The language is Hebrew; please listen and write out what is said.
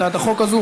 הצעת החוק לא עברה.